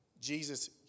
Jesus